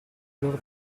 loro